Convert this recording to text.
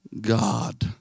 God